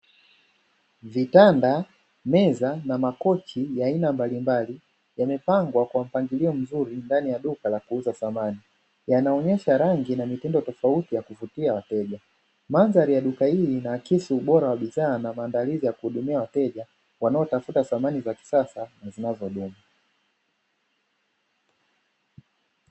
Vitanda, meza, na makochi ya aina mbalimbali yamepangwa kwa mpangilio mzuri ndani ya duka la kuuza samani yanaonyesha rangi na mitindo tofauti ya kuvutia wateja. Mandhari ya duka hili linaakisi ubora wa bidhaa na maandalizi ya kuhudumia wateja wanaotafuta samani za kisasa na zinazodumu.